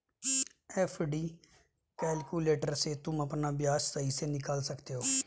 FD calculator से तुम अपना ब्याज सही से निकाल सकते हो